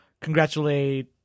congratulate